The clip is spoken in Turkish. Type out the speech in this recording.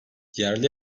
yerli